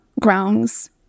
grounds